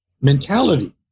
mentality